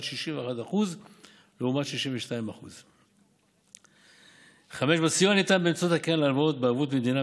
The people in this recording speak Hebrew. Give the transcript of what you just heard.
61% לעומת 62%. 5. בסיוע הניתן באמצעות הקרן להלוואות בערבות מדינה,